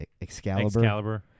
Excalibur